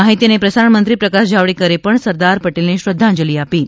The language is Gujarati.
માહિતી અને પ્રસારણ મંત્રી પ્રકાશ જાવડેકરે પણ સરદાર પટેલને શ્રધ્ધાંજલી આપી છે